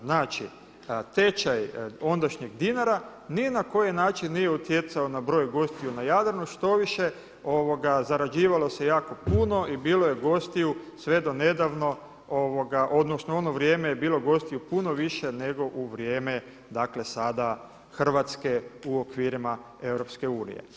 Znači tečaj ondašnjeg dinara ni na koji način nije utjecao na broj gostiju na Jadranu štoviše zarađivalo se jako puno i bilo je gostiju sve do nedavno, odnosno u ono vrijeme je bilo gostiju puno više nego u vrijeme dakle sada Hrvatske u okvirima EU.